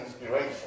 inspiration